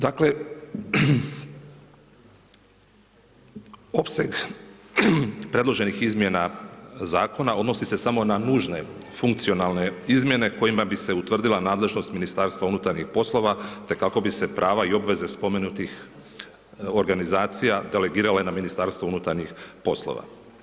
Dakle, opseg predloženih izmjena Zakona odnosi se samo na nužne funkcionalne izmjene kojima bi se utvrdila nadležnost Ministarstva unutarnjih poslova, te kako bi se prava i obveze spomenutih organizacija delegirale na Ministarstvo unutarnjih poslova.